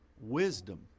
wisdom